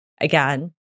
again